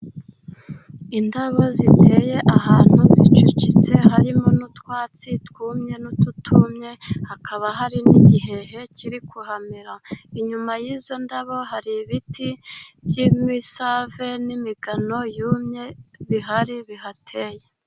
Indabo ziteye ahantu zicucitse, harimo n'utwatsi twumye n'ututumye, hakaba hari n'igihehe kiri kuhamerara, inyuma y'izo ndabo hari ibiti by'imisave n'imigano yumye, bihari bihateye.